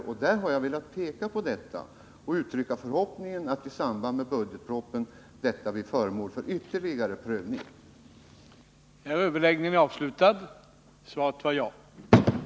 Jag har velat peka på detta, och jag uttrycker förhoppningen att detta förfarande blir föremål för ytterligare prövning i samband med bdehandlingen av budgetpropositionen.